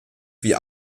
wie